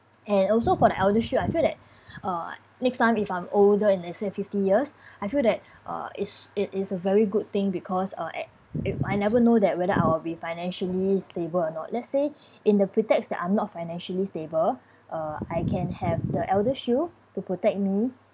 and also for the eldershield I feel that uh next time if I'm older and let's say fifty years I feel that uh is it is a very good thing because uh at if I never know that whether I will be financially stable or not let's say in the pretext that I'm not financially stable uh I can have the eldershield to protect me